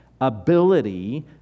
ability